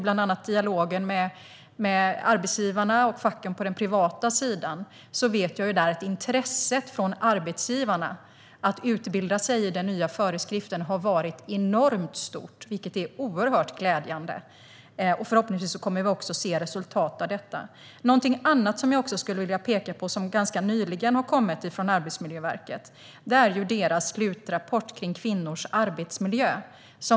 Bland annat genom dialogen med arbetsgivarna och facken på den privata sidan vet jag att intresset från arbetsgivarna att utbilda sig i den nya föreskriften har varit enormt stort, vilket är oerhört glädjande. Förhoppningsvis kommer vi också att se ett resultat av detta. Något annat som jag skulle vilja peka på är Arbetsmiljöverkets slutrapport om kvinnors arbetsmiljö, som kom ganska nyligen.